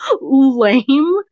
lame